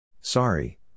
Sorry